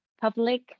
public